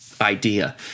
idea